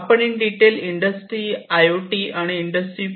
आपण in detail industrial I O T आणि industry 4